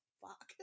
fuck